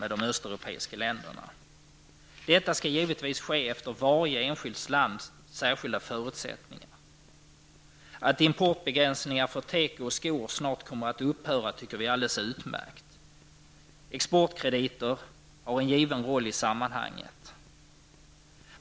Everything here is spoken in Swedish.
Det skall givetvis ske efter varje lands särskilda förutsättningar. Att importbegränsningar för tekoprodukter och skor snart kommer att upphöra tycker vi är alldeles utmärkt. Exportkrediter har en given roll i sammanhanget.